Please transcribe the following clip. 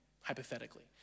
hypothetically